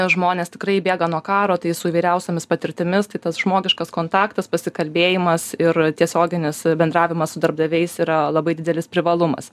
žmonės tikrai bėga nuo karo tai su įvairiausiomis patirtimis tai tas žmogiškas kontaktas pasikalbėjimas ir tiesioginis bendravimas su darbdaviais yra labai didelis privalumas